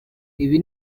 ibi